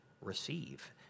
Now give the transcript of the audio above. receive